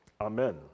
amen